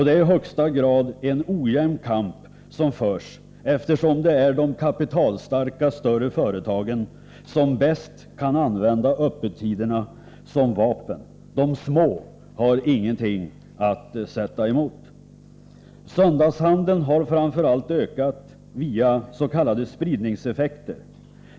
Det är i högsta grad en ojämn kamp som förs, eftersom det är de kapitalstarka större företagen som bäst kan använda öppettiderna som vapen. De små har ingenting att sätta emot. Söndagshandeln har framför allt ökat via s.k. spridningseffekter.